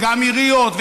גם עיריות,